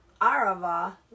Arava